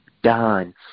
done